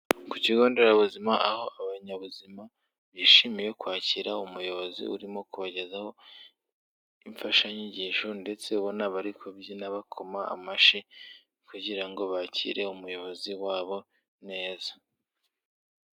Ku kigo nderabuzima, aho abanyabuzima bishimiye kwakira umuyobozi urimo kubagezaho imfashanyigisho ndetse ubona bari kubyina bakoma amashyi kugira ngo bakire umuyobozi wabo neza.